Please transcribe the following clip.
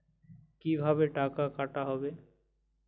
কিভাবে টাকা কাটা হবে?